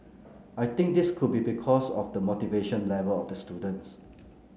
I think this could be because of the motivation level of the students